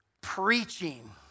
preaching